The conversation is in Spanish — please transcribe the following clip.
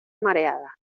mareada